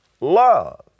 love